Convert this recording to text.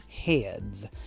heads